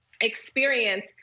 experience